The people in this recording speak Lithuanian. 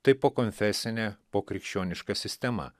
tai pokonfesinė pokrikščioniška sistema